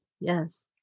yes